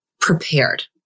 prepared